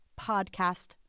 podcast